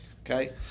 Okay